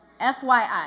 FYI